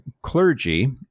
clergy